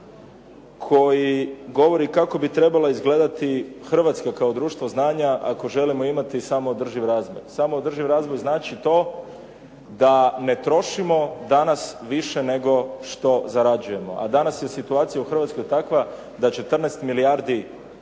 koji govori kako bi trebala izgledati Hrvatska kao društvo znanja ako želimo imati samoodrživ razvoj. Samoodrživ razvoj znači to da ne trošimo danas više nego što zarađujemo, a danas je situacija u Hrvatskoj takva da 14 milijardi eura